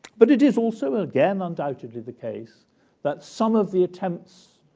but it is also, again, undoubtedly the case that some of the attempts,